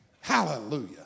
hallelujah